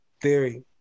Theory